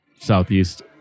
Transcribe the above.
Southeast